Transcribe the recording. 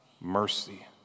mercy